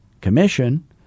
commission